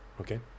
Okay